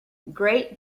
great